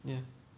ya